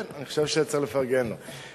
כן, אני חושב שצריך לפרגן לו.